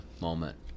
moment